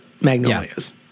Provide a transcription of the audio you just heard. Magnolias